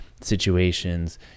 situations